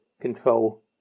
control